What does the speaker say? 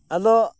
ᱟᱫᱚ